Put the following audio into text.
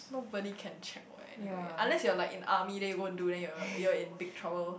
nobody can check [what] anyway unless you are like in army then you go and do then you are you are in big trouble